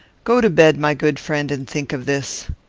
go to bed, my good friend, and think of this.